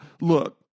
look